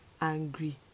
angry